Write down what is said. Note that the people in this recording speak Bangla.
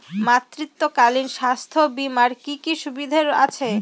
মাতৃত্বকালীন স্বাস্থ্য বীমার কি কি সুবিধে আছে?